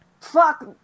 fuck